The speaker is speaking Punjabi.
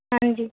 ਹਾਂਜੀ